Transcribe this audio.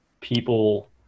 people